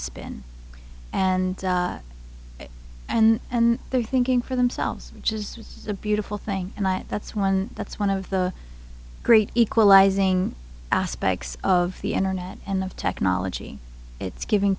spin and and their thinking for themselves which is a beautiful thing and that's one that's one of the great equalizing aspects of the internet and of technology it's giving